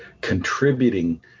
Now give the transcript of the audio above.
contributing